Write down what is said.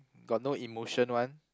got no emotion one